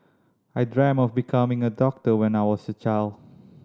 I dreamt of becoming a doctor when I was a child